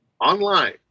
online